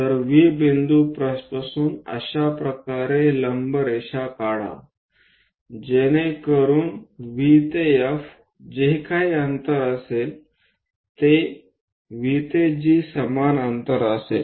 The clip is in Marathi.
तर V बिंदूपासून अशा प्रकारे लंब रेषा काढा जेणेकरून V ते F जे काही अंतर असेल ते V ते G समान अंतर असेल